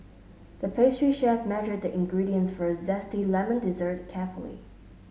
the pastry chef measured the ingredients for a zesty lemon dessert carefully